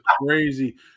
crazy